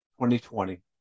2020